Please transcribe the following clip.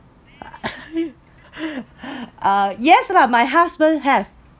uh yes lah my husband have